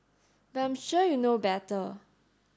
but I'm sure you know better